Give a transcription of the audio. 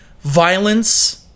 violence